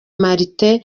martin